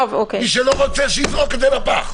מי שלא רוצה, שיזרוק את זה לפח.